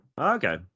okay